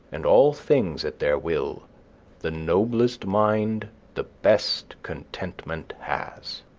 and all things at their will the noblest mind the best contentment has.